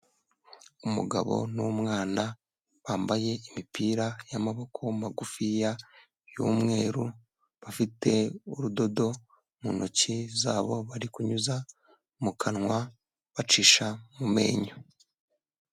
Umugabo n'umwana bambaye imipira y'amaboko magufiya y'umweru, bafite urudodo mu ntoki zabo bari kunyuza mu kanwa bacisha mu menyo.